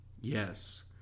Yes